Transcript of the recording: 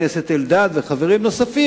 חבר הכנסת אלדד וחברים נוספים,